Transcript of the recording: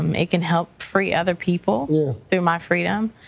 um it can help free other people yeah through my freedom,